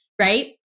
right